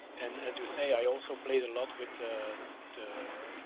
and as you say i also played a lot with the,